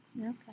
Okay